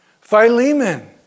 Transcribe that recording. Philemon